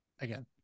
Again